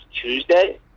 Tuesday